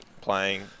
playing